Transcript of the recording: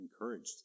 encouraged